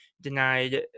denied